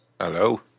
Hello